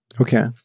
Okay